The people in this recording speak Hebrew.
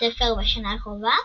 הספר בשנה הקרובה,